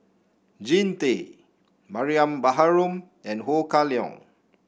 Jean Tay Mariam Baharom and Ho Kah Leong